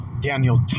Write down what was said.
Daniel